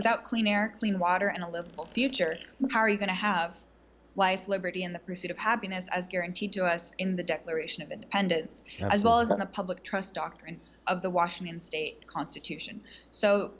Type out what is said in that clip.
without clean air clean water and a live future how are you going to have life liberty and the pursuit of happiness as guaranteed to us in the declaration of independence as well as on the public trust doctrine of the washington state constitution so